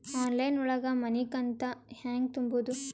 Online ಒಳಗ ಮನಿಕಂತ ಹ್ಯಾಂಗ ತುಂಬುದು?